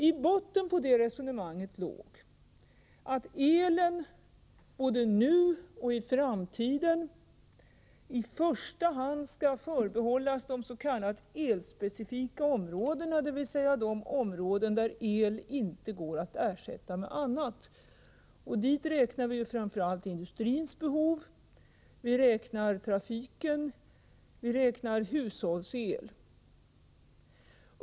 I botten på det resonemanget låg att elen både nu och i framtiden i första hand skall förbehållas de s.k. elspecifika områdena, dvs. de områden där el inte går att ersätta med annat. Dit räknar vi framför allt industrins behov, men det gäller också trafikområdet och förbrukningen av hushållsel.